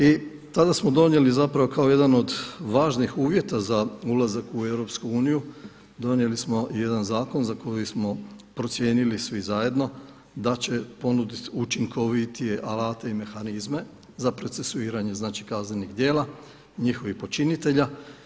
I tada smo donijeli kao jedan od važnih uvjeta za ulazak u EU, donijeli smo jedan zakon za koji smo procijenili svi zajedno da će ponuditi učinkovitije alate i mehanizme za procesuiranje kaznenih djela njihovih počinitelja.